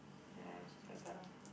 ya she's like a